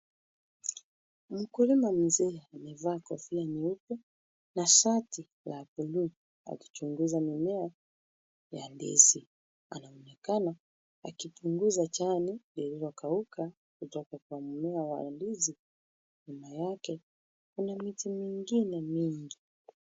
Mkulima mzee amevaa kofia nyeupe na shati la blue akichunguza mimea ya ndizi. Anaonekana akichunguza jani lililokauka kutoka kwa mmea wa ndizi. Nyuma yake kuna miti mingine mingi.